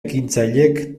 ekintzailek